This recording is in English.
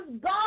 God